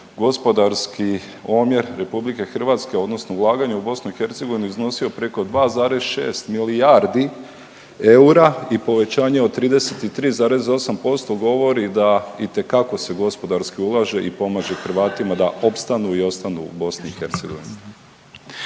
gospodarski omjer RH odnosno ulaganje u BiH iznosio preko 2,6 milijardi eura i povećanje od 33,8% govori da itekako se gospodarski ulaže i pomaže Hrvatima da opstanu i ostanu u BiH.